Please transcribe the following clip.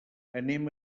anem